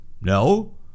No